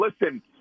Listen